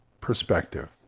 perspective